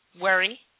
worry